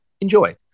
Enjoy